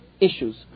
issues